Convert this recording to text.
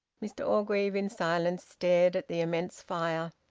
mr orgreave, in silence, stared at the immense fire.